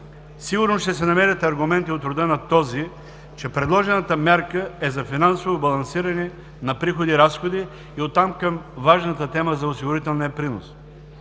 Сигурно ще се намерят аргументи от рода на този, че предложената мярка е за финансово балансиране на приходи и разходи и оттам към важната тема за осигурителния принос.